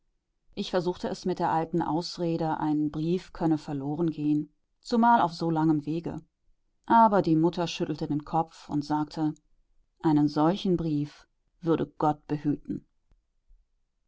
ich versuchte es mit der alten ausrede ein brief könne verlorengehen zumal auf so langem wege aber die mutter schüttelte den kopf und sagte einen solchen brief würde gott behüten